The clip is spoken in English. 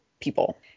people